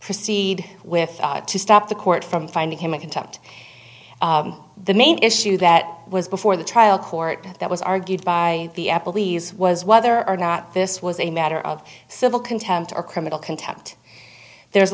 proceed with to stop the court from finding him in contempt the main issue that was before the trial court that was argued by the appleby's was whether or not this was a matter of civil contempt or criminal contempt there's a